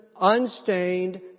unstained